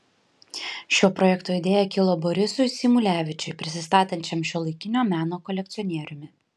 šio projekto idėja kilo borisui symulevičiui prisistatančiam šiuolaikinio meno kolekcionieriumi